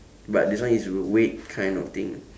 but this one is w~ weight kind of thing